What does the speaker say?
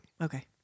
Okay